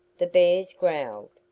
the bears growled.